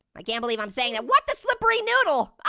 i can't believe i'm saying that. what the slippery noodle?